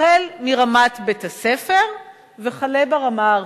החל מרמת בית-הספר וכלה ברמה הארצית.